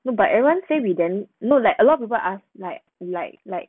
no but everyone say we then no like a lot of people ask like like like